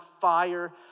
fire